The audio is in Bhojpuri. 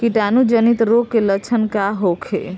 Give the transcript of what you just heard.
कीटाणु जनित रोग के लक्षण का होखे?